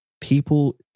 people